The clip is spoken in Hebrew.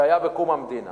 שהיו בקום המדינה